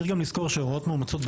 צריך גם לזכור שהוראות מאומצות,